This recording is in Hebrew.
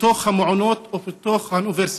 במעונות או באוניברסיטה.